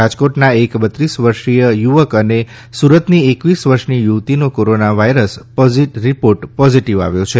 રાજકોટના એક બત્રીસ વર્ષીય યુવક અને સુરતની એક્વીસ વર્ષની યુવતિનો કોરોના વાયરસ રીપોર્ટ પોઝીટીવ આવ્યો છે